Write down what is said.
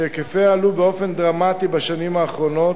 שהיקפיה עלו באופן דרמטי בשנים האחרונות,